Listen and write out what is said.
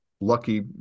lucky